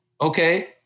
Okay